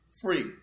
free